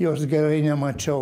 jos gerai nemačiau